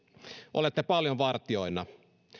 olette paljon vartijoina